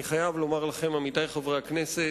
אני חייב לומר לכם, עמיתי חברי הכנסת,